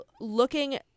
looking